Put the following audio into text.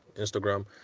Instagram